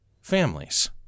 families